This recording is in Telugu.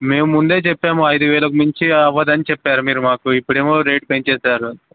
మేము ముందే చెప్పాము ఐదు వేలకు మించి అవ్వదని చెప్పారు మీరు మాకు ఇప్పుడేమో రేట్ పెంచేశారు